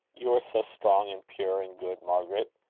you are so strong, and pure, and good, margaret!